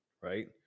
right